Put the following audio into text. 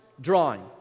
drawing